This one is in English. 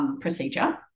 procedure